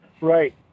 Right